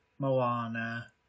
Moana